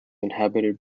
inhabited